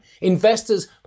Investors